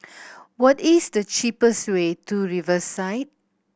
what is the cheapest way to Riverside